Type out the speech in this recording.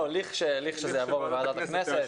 לכשזה יעבור בוועדת הכנסת.